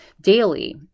daily